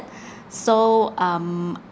so um